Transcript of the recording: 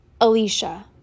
Alicia